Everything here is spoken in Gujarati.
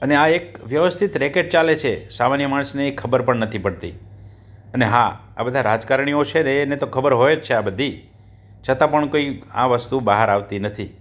અને આ એક વ્યવસ્થિત રેકેટ ચાલે છે સામાન્ય માણસને એ ખબર પણ નથી પડતી અને હા આ બધા રાજકારણીઓ છે ને એને તો ખબર હોય જ છે આ બધી છતાં પણ કંઈ આ વસ્તુ બહાર આવતી નથી